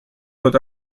but